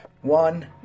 One